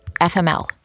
FML